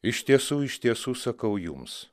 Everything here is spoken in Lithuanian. iš tiesų iš tiesų sakau jums